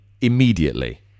immediately